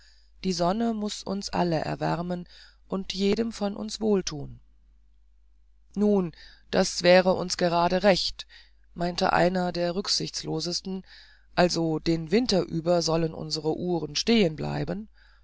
die sonne muß uns alle erwärmen und jedem von uns wohlthun nun das wäre uns gerade recht meinte einer der rücksichtslosesten also den winter über sollen unsere uhren